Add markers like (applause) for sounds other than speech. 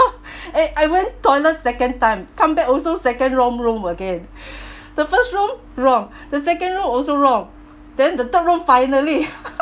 eh I went toilet second time come back also second wrong room again (breath) the first room wrong the second room also wrong then the third room finally